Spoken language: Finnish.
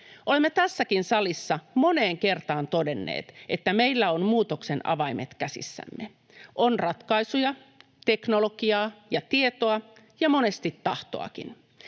Olemme tässäkin salissa moneen kertaan todenneet, että meillä on muutoksen avaimet käsissämme. On ratkaisuja, teknologiaa ja tietoa ja monesti tahtoakin.